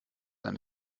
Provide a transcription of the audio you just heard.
eine